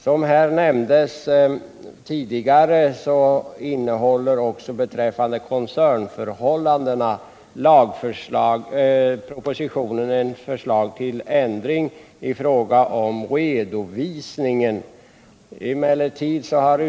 Som tidigare nämndes innehåller propositionen också förslag till ändring beträffande redovisningen av koncernförhållandena.